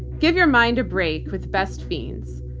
give your mind a break with best fiends.